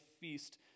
feast